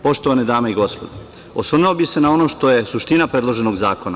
Poštovane dame i gospodo, osvrnuo bih se na ono što je suština predloženog zakona.